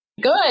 Good